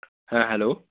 হ্যাঁ হ্যালো